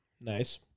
Nice